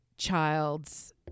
Child's